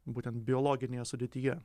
būtent biologinėje sudėtyje